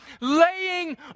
laying